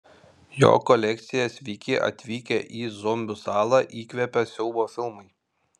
jo kolekciją sveiki atvykę į zombių salą įkvėpė siaubo filmai